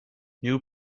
new